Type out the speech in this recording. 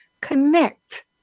connect